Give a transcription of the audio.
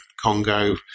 Congo